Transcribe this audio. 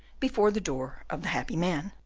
before the door of the happy man.